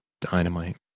dynamite